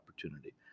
opportunity